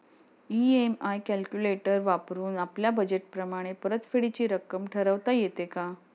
EMI calculator वापरून आपापल्या budget प्रमाणे परतफेडीची रक्कम ठरवता येते का?